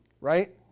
right